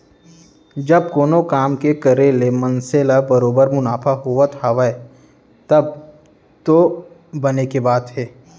जब कोनो काम के करे ले मनसे ल बरोबर मुनाफा होवत हावय तब तो बने के बात हे